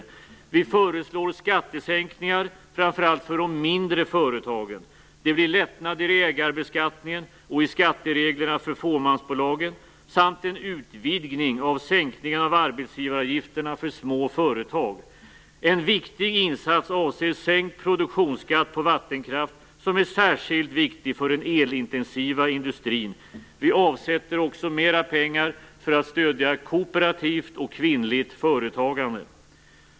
Regeringen föreslår skattesänkningar, framför allt för de mindre företagen. Det blir lättnader i ägarbeskattningen och i skattereglerna för fåmansbolagen samt en utvidgning av sänkningen av arbetsgivaravgifterna för små företag. En viktig insats avser sänkt produktionsskatt på vattenkraft, som är särskilt viktig för den elintensiva industrin. Mer pengar avsätts också för att stödja kooperativt och kvinnligt företagande.